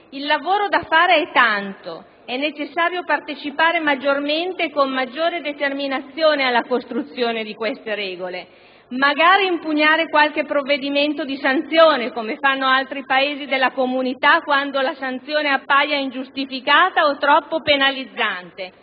Il lavoro da fare è tanto, è necessario partecipare maggiormente e con maggiore determinazione alla costruzione di queste regole, magari impugnare qualche provvedimento di sanzione, come fanno altri Paesi della Comunità, quando la sanzione appaia ingiustificata o troppo penalizzante.